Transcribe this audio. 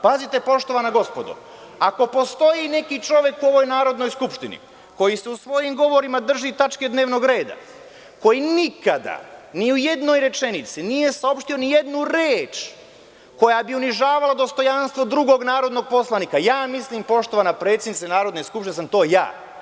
Pazite, poštovana gospodo, ako postoji neki čovek u ovoj Narodnoj skupštini, koji se u svojim govorima drži tačke dnevnog reda, koji nikada ni u jednoj rečenici nije saopštio nijednu reč koja bi unižavala dostojanstvo drugog narodnog poslanika, mislim, poštovana predsednice Narodne skupštine, da sam to ja.